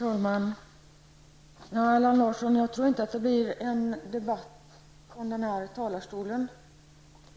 Herr talman! Allan Larsson, jag tror inte att det blir en debatt från den här talarstolen.